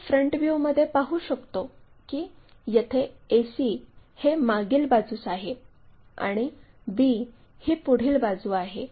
आपण फ्रंट व्ह्यूमध्ये पाहू शकतो की येथे ac हे मागील बाजूस आहे आणि b ही पुढील बाजू आहे